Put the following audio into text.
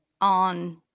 on